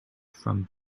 from